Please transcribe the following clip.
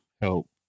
help